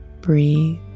breathe